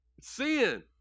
Sin